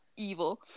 evil